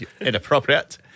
Inappropriate